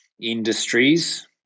industries